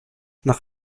nach